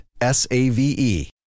S-A-V-E